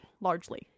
largely